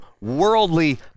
worldly